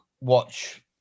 watch